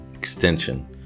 Extension